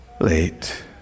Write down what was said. late